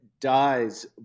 dies